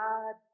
God